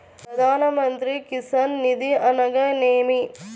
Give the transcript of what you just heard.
ప్రధాన మంత్రి కిసాన్ నిధి అనగా నేమి?